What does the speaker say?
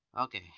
okay